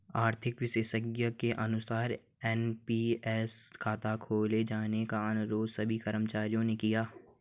आर्थिक विशेषज्ञ के अनुसार एन.पी.एस खाता खोले जाने का अनुरोध सभी कर्मचारियों ने किया